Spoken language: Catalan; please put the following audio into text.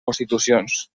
constitucions